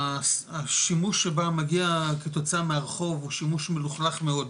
השימוש שבה מגיע כתוצאה מהרחוב הוא שימוש מלוכלך מאוד,